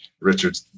Richard